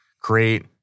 create